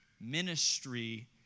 Ministry